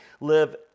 live